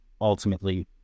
ultimately